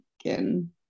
again